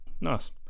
Nice